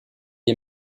est